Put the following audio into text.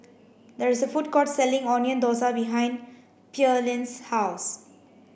there is a food court selling onion Thosai behind Pearline's house